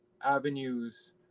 avenues